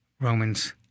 Romans